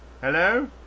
Hello